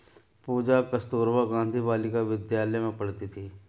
पूजा कस्तूरबा गांधी बालिका विद्यालय में पढ़ती थी